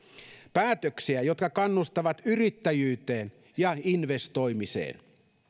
päätöksiä jotka kannustavat yrittäjyyteen ja investoimiseen